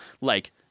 like-